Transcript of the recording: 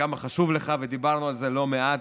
וכמה חשוב לך, ודיברנו על זה לא מעט,